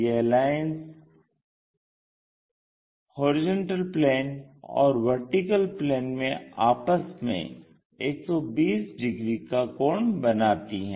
ये lines HP और VP में आपस में 120 डिग्री का कोण बनाती हैं